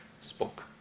spoke